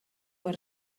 per